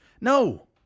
No